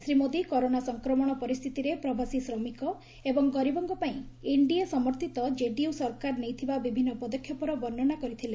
Shri Modi corona ସଂକ୍ରମଣ ପରିସ୍ଥିତିରେ ପ୍ରବାସୀ ଶ୍ରମିକ ଏବଂ ଗରିବଙ୍କ ପାଇଁ ଏନ୍ଡିଏ ସମର୍ଥିତ କେଡିୟୁ ସରକାର ନେଇଥିବା ବିଭନ୍ନ ପଦକ୍ଷେପର ବର୍ଷ୍ଣନା କରିଥିଲେ